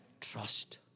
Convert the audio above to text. trust